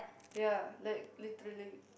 ya like literally